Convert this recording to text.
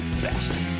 best